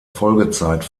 folgezeit